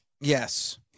Yes